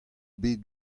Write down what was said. bed